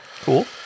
Cool